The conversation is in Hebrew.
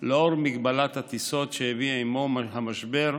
לאור מגבלת הטיסות שהביא עימו המשבר,